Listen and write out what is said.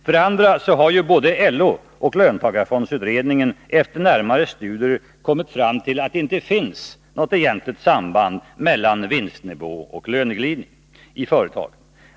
För det andra har både LO och löntagarfondsutredningen efter närmare studier kommit fram till att det inte finns något egentligt samband mellan vinstnivå och löneglidning i företagen.